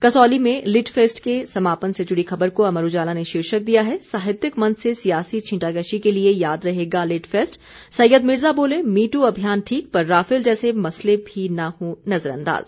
कसौली में lit fest के समापन से जुड़ी खबर को अमर उजाला ने शीर्षक दिया है साहित्यिक मंच से सियासी छिंटाकशी के लिये याद रहेगा लिट फेस्ट सैयद मिर्जा बोले मी ट्र अभियान ठीक पर राफेल जैसे मसले भी न हों नजरअंदाज